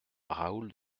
raoul